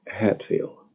Hatfield